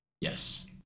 Yes